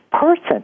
person